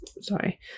sorry